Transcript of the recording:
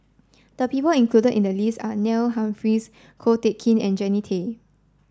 the people included in the list are Neil Humphreys Ko Teck Kin and Jannie Tay